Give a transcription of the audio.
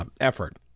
effort